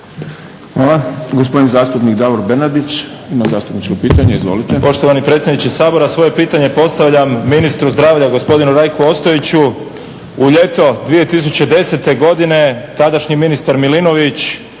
Hvala. Gospodin zastupnik Davor Bernardić ima zastupničko pitanje. Izvolite. **Bernardić, Davor (SDP)** Poštovani predsjedniče Sabora svoje pitanje postavljam ministru zdravlja gospodinu Rajku Ostojiću. U ljeto 2010. godine tadašnji ministar Milinović,